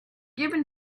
given